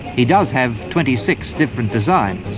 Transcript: he does have twenty six different designs,